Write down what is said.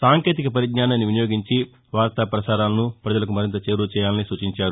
సాంకేతిక పరిజ్ఞానాన్ని వినియోగించి వార్త పసారాలను పజలకు మరింత చేరువచేయాలని సూచించారు